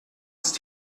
ist